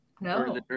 No